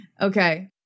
okay